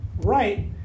right